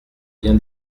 bien